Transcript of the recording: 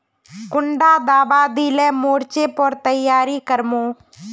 कुंडा दाबा दिले मोर्चे पर तैयारी कर मो?